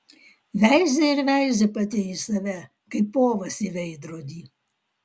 veizi ir veizi pati į save kaip povas į veidrodį